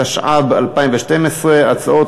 התשע"ב 2012. הודעה